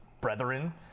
brethren